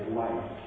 life